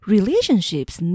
Relationships